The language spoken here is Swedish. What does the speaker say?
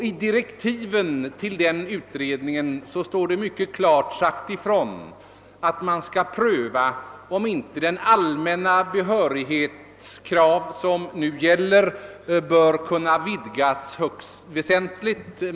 I direktiven för denna utredning har mycket klart sagts ifrån, att den skall pröva om inte de nu gällande allmänna behörighetskraven bör kunna vidgas högst väsentligt.